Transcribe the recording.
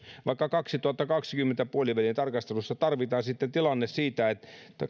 vaikka kaksituhattakaksikymmentä puolivälin tarkastelussa tilanne sitten näyttää siltä että